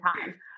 time